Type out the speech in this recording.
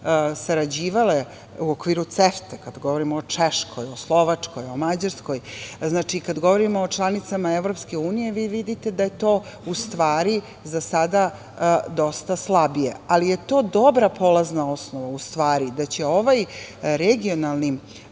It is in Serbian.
sarađivale u okviru CEFTA-e, kada govorimo o Češkoj, o Slovačkoj, o Mađarskoj, znači kada govorimo o članicama EU, vi vidite da je to u stvari za sada dosta slabije. Ali, to je dobra polazna osnova u stvari, da će ova regionalna